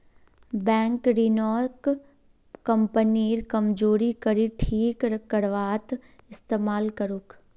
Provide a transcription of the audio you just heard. bank ऋणक कंपनीर कमजोर कड़ी ठीक करवात इस्तमाल करोक